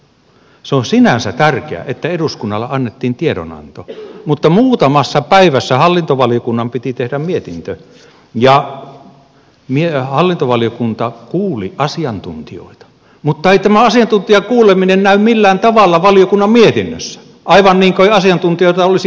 se on sinänsä tärkeää että eduskunnalle annettiin tiedonanto mutta muutamassa päivässä hallintovaliokunnan piti tehdä mietintö ja hallintovaliokunta kuuli asiantuntijoita mutta ei tämä asiantuntijakuuleminen näy millään tavalla valiokunnan mietinnössä aivan niin kuin ei asiantuntijoita olisi käynytkään